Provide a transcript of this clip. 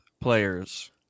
players